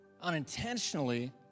unintentionally